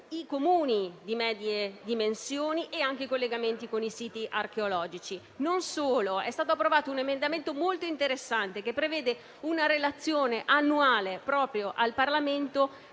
ai Comuni di medie dimensioni e anche ai collegamenti con i siti archeologici. Non solo: è stato approvato un emendamento molto interessante che prevede una relazione annuale al Parlamento